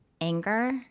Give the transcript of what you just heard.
Anger